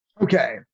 okay